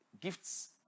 gifts